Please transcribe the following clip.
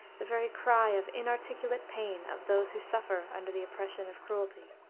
the very cry of inarticulate pain of those who suffer under the oppression of cruelty,